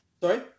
Sorry